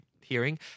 hearing